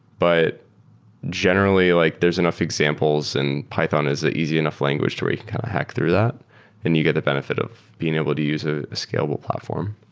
but generally, like there're enough examples, and python is the easy enough language to where you can kind of hack through that and you get the benefit of being able to use a scalable platform.